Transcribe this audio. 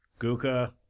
Guka